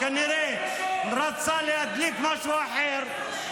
הוא כנראה רצה להדליק משהו אחר.